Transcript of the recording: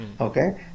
okay